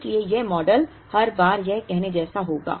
इसलिए यह मॉडल हर बार यह कहने जैसा होगा